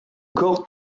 corps